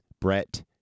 Brett